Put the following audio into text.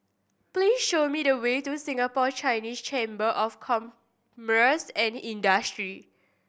please show me the way to Singapore Chinese Chamber of Commerce and Industry